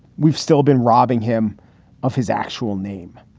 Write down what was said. we've still been robbing him of his actual name.